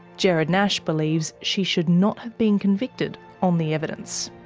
gerard nash believes she should not have been convicted on the evidence.